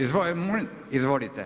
Izvolite.